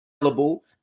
available